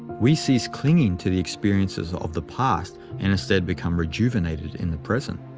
we cease clinging to the experiences of the past and instead become rejuvenated in the present.